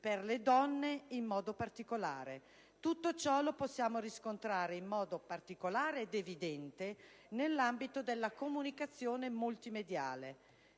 per le donne in modo particolare. Tutto ciò si può riscontrare in modo particolare ed evidente nell'ambito della comunicazione multimediale: